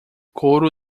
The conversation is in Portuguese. coro